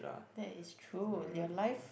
that is true your life